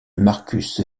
marcus